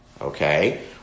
okay